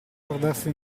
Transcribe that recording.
guardarsi